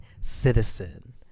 citizen